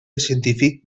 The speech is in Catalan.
científic